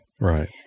Right